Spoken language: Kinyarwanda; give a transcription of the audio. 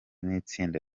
n’itsinda